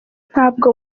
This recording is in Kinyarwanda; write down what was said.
ntabwo